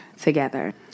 together